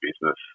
business